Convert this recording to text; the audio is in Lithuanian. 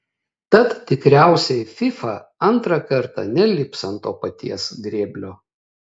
tad tikriausiai fifa antrą kartą nelips ant to paties grėblio